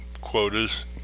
quotas